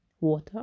water